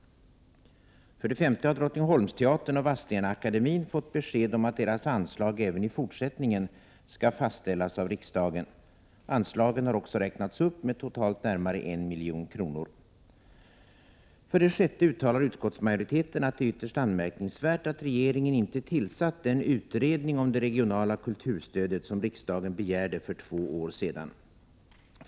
För det femte har Drottningholmsteatern och Vadstenaakademien fått besked om att deras anslag även i fortsättningen skall fastställas av riksdagen. Anslagen har också räknats upp med totalt närmare 1 milj.kr. För det sjätte uttalar utskottsmajoriteten att det är ytterst anmärkningsvärt att regeringen inte tillsatt den utredning om det regionala kulturstödet som riksdagen begärde för två år sedan.